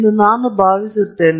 ಆದರೆ ನಾವು ಚಾಲನೆಯಲ್ಲಿರುವ ರೀತಿಯಲ್ಲಿ